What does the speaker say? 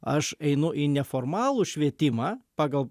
aš einu į neformalų švietimą pagal